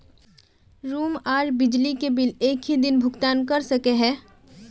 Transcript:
Room आर बिजली के बिल एक हि दिन भुगतान कर सके है?